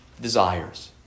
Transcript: desires